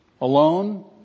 alone